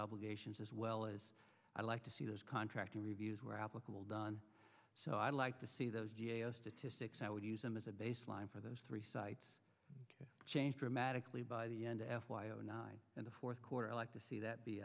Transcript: obligations as well as i'd like to see those contracting reviews where applicable don so i'd like to see those g a o statistics i would use them as a baseline for those three sites change dramatically by the end f y o nine and the fourth quarter i like to see that